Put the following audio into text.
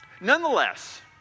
Nonetheless